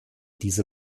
diese